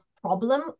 problem